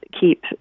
keep